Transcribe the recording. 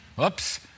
Oops